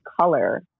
color